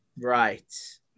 Right